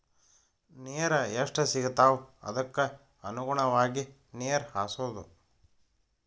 ನೇರ ಎಷ್ಟ ಸಿಗತಾವ ಅದಕ್ಕ ಅನುಗುಣವಾಗಿ ನೇರ ಹಾಸುದು